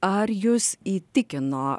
ar jus įtikino